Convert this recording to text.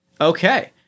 Okay